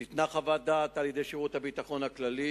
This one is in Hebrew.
ניתנה חוות דעת על-ידי שירות הביטחון הכללי